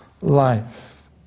life